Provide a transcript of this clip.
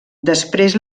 després